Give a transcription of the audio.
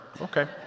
Okay